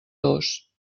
dos